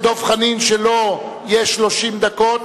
2010, נתקבל.